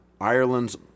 Ireland's